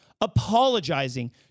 apologizing